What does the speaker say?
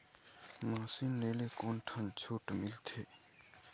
Machine ले ले कोन ठन छूट मिलथे?